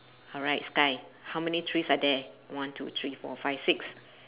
alright sky how many trees are there one two three four five six